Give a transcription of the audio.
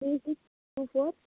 two six two four